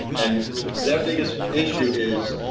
and their biggest issue is,